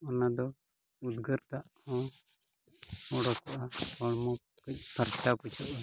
ᱚᱱᱟ ᱫᱚ ᱩᱫᱽᱜᱟᱹᱨ ᱫᱟᱜ ᱦᱚᱸ ᱩᱰᱩᱠᱚᱜᱼᱟ ᱦᱚᱲᱢᱚ ᱠᱟᱹᱡ ᱯᱷᱟᱨᱪᱟ ᱵᱩᱡᱷᱟᱹᱜᱼᱟ